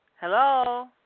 Hello